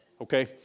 okay